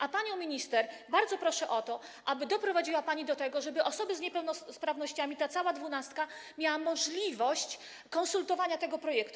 A panią minister bardzo proszę o to, aby doprowadziła pani do tego, żeby osoby z niepełnosprawnościami, ta cała dwunastka miała możliwość konsultowania tego projektu.